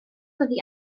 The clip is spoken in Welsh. oddi